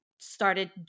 started